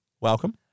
welcome